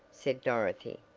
said dorothy.